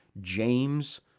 James